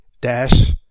dash